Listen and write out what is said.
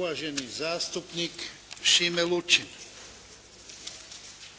Uvaženi zastupnik Šime Lučin.